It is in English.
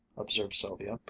observed sylvia,